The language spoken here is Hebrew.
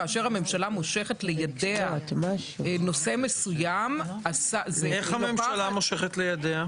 כאשר הממשלה מושכת לידיה נושא מסוים --- איך הממשלה מושכת לידיה?